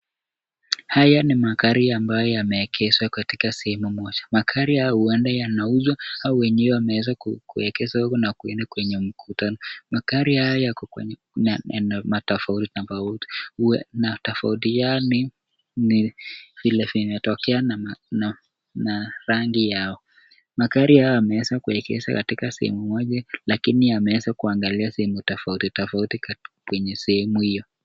Haya ni magari ambayo yameegezwe katika sehemu moja. Magari hayo huenda yanauzwa au wenyewe wameweza kuegezwa huku na wakaenda kwenye mkutano. Magari hayo yako kwenye tofauti tofauti . Na tofauti Yao ni vile vimetokezea na rangi yao. Magari hayo yameweza kuegezwa kwenye sehemu moja lakini yameweza kuiangalia sehemu tofauti tofauti kwa sehemu hiyo.